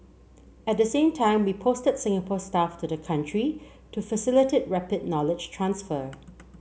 at the same time we posted Singapore staff to the country to facilitate rapid knowledge transfer